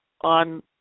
on